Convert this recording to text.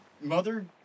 Mother